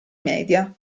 media